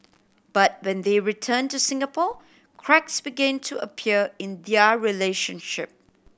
but when they return to Singapore cracks began to appear in their relationship